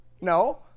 No